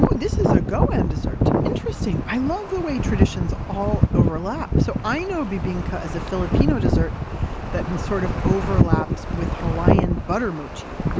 yeah this is a goan and dessert. interesting. i love the way traditions all overlap. so i know bebinca as a filipino dessert that sort of overlaps with hawaiian butter mochi,